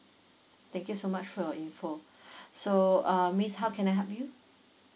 thank you so much for your info so um miss how can I help you